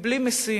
מבלי משים,